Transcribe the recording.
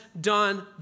done